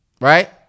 right